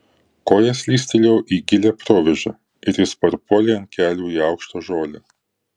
koja slystelėjo į gilią provėžą ir jis parpuolė ant kelių į aukštą žolę